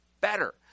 better